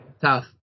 tough